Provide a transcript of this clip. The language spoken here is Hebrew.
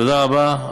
תודה רבה.